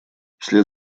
вслед